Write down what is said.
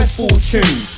fortune